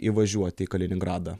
įvažiuoti į kaliningradą